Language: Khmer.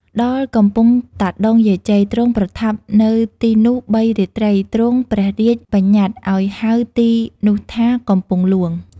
ដល់កំពង់តាដុង យាយជ័យ ទ្រង់ប្រថាប់ នៅទីនោះ ៣ រាត្រី ទ្រង់ព្រះរាជបញ្ញត្តឲ្យហៅទីនោះថា "កំពង់ហ្លួង"